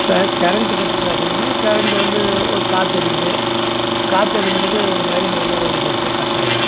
இப்போ கரண்ட்டு பற்றி பேசணுன்னா கரண்ட்டு வந்து ஒரு காற்று அடிக்குது காற்று அடிக்கும்போது ஒரு லைன் ஒன்றோட ஒன்று பட்டுச்சினா கட் ஆகிடும்